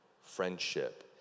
friendship